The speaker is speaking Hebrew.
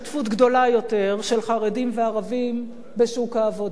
גדולה יותר של חרדים וערבים בשוק העבודה.